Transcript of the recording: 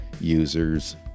users